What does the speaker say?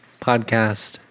Podcast